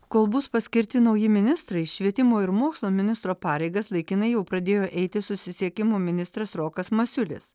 kol bus paskirti nauji ministrai švietimo ir mokslo ministro pareigas laikinai jau pradėjo eiti susisiekimo ministras rokas masiulis